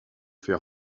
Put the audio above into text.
fait